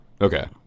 Okay